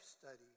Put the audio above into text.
study